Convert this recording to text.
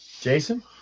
Jason